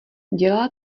dělá